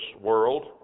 world